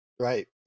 Right